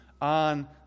on